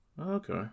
Okay